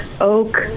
oak